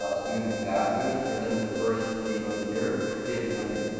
ah student ambassadors presented the first theme of the year, give commitment,